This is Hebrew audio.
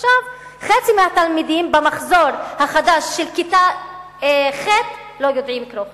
עכשיו חצי מהתלמידים במחזור החדש של כיתה ח' לא יודעים קרוא וכתוב.